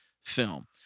film